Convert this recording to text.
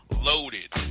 Loaded